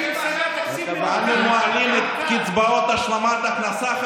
אנו מעלים את קצבאות השלמת ההכנסה,